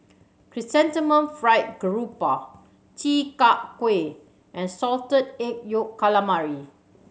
Chrysanthemum Fried Garoupa Chi Kak Kuih and Salted Egg Yolk Calamari